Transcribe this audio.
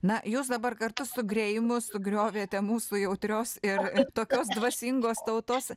na jūs dabar kartu su greimu sugriovėte mūsų jautrios ir tokios dvasingos tautos